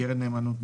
קרן נאמנות,